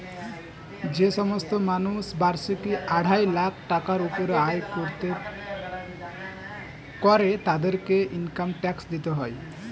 যে সমস্ত মানুষ বার্ষিক আড়াই লাখ টাকার উপরে আয় করে তাদেরকে ইনকাম ট্যাক্স দিতে হয়